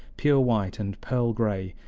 pure white and pearl-gray,